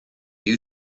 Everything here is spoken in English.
you